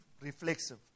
reflexive